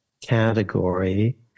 category